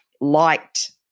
liked